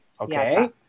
Okay